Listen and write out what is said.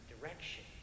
direction